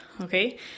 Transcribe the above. okay